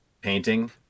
painting